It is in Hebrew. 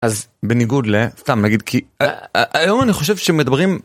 אז בניגוד ל, סתם נגיד כי, היום אני חושב שמדברים